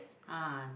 ah